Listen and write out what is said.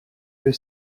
que